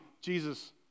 Jesus